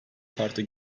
farklı